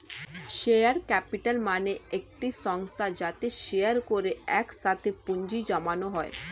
share capital মানে একটি সংস্থা যাতে শেয়ার করে একসাথে পুঁজি জমানো হয়